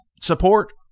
support